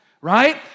right